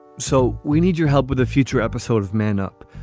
so we need your help with a future episode of man up.